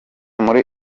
muri